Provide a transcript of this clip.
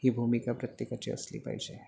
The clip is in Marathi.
ही भूमिका प्रत्येकाची असली पाहिजे